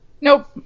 Nope